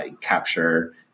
capture